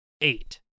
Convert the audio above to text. eight